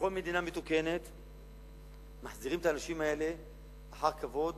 בכל מדינה מתוקנת מחזירים את האנשים האלה אחר כבוד